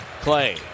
Clay